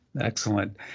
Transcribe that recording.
excellent